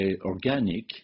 organic